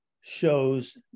shows